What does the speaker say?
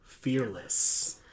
Fearless